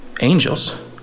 angels